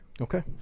Okay